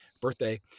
birthday